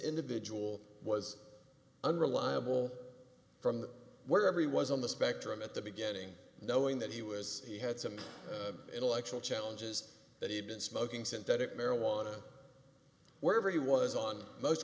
individual was unreliable from wherever he was on the spectrum at the beginning knowing that he was he had some intellectual challenges that he had been smoking synthetic marijuana wherever he was on most